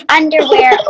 underwear